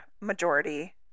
majority